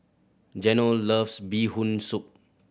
Geno loves Bee Hoon Soup